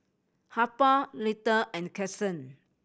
Harper Lita and Kason